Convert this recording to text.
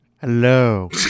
Hello